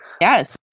yes